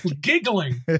giggling